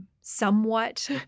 somewhat